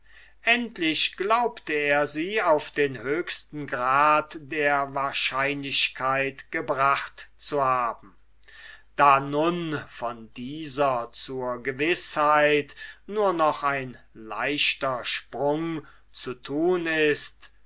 endlich glaubte er sie auf den höchsten grad der wahrscheinlichkeit gebracht zu haben da nun von dieser zur gewißheit nur noch ein leichter sprung zu tun ist